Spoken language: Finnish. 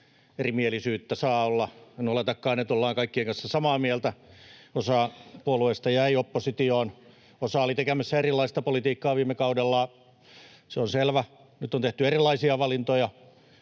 erimielisyyttä saa olla. En oletakaan, että ollaan kaikkien kanssa samaa mieltä. Osa puolueista jäi oppositioon. Osa oli tekemässä erilaista politiikkaa viime kaudella, se on selvä. Nyt on tehty erilaisia valintoja,